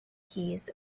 keys